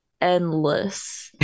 endless